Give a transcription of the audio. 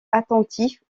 attentif